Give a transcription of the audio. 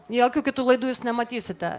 jokių kitų laidų jūs nematysite